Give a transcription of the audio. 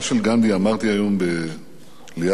אמרתי היום ליד קברו,